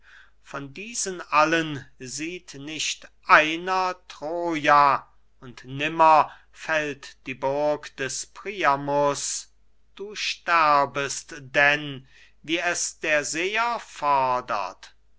von diesen allen sieht nicht einer troja und nimmer fällt die burg des priamus du sterbest denn wie es der seher fordert